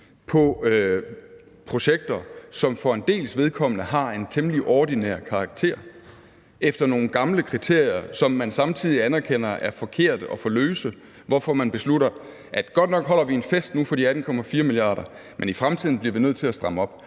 på projekter, som for en dels vedkommende har en temmelig ordinær karakter, og uddeler dem efter nogle gamle kriterier, som man samtidig anerkender er forkerte og for løse, hvorfor man beslutter, at man godt nok holder en fest for de 18,4 mia. kr. nu, men at man i fremtiden bliver nødt til at stramme op.